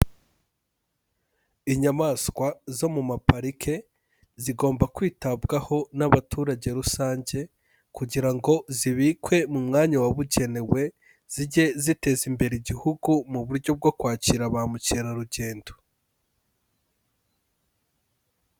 Inyamaswa zo mu maparike, zigomba kwitabwaho n'abaturage rusange, kugira ngo zibikwe mu mwanya wabugenewe, zijye ziteza imbere Igihugu mu buryo bwo kwakira ba mukerarugendo.